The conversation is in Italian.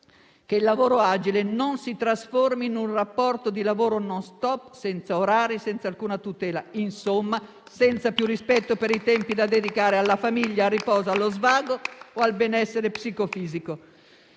che il lavoro agile non si trasformi in un rapporto di lavoro *non stop* senza orari e senza alcuna tutela, insomma senza più rispetto per i tempi da dedicare alla famiglia, al riposo, allo svago o al benessere psicofisico.